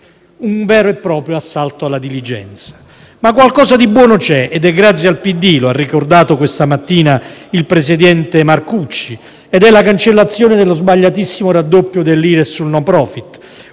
Un vero e proprio assalto alla diligenza. Ma qualcosa di buono c'è ed è grazie al PD - lo ha ricordato questa mattina il presidente Marcucci - ed è la cancellazione dello sbagliatissimo raddoppio dell'Ires sul *no profit*,